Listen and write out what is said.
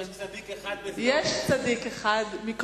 יש צדיק אחד בסדום.